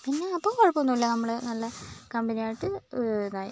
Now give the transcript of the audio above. പിന്നെ അപ്പോൾ കുഴപ്പമൊന്നുല്ല നമ്മൾ നല്ല കമ്പനിയായിട്ട് ഇതായി